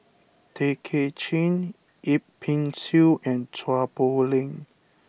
Tay Kay Chin Yip Pin Xiu and Chua Poh Leng